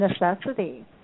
necessity